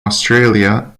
australia